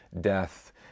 death